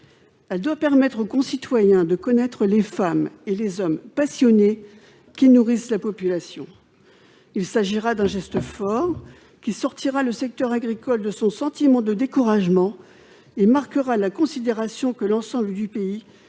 Elle doit permettre aux citoyens de connaître les femmes et les hommes passionnés qui nourrissent la population ! Il s'agira d'un geste fort qui sortira le secteur agricole de son sentiment de découragement et marquera la considération que l'ensemble du pays